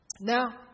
Now